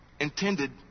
Intended